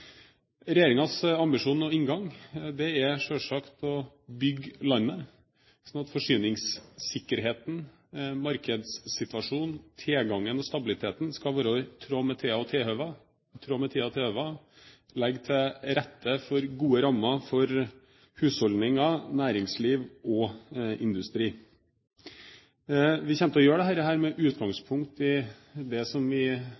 ambisjon og inngang er selvsagt å bygge landet slik at forsyningssikkerheten, markedssituasjonen, tilgangen og stabiliteten skal være i tråd med «tida og tilhøva», og legge til rette for gode rammer for husholdninger, næringsliv og industri. Vi kommer til å gjøre dette med utgangspunkt i det som vi